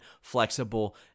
flexible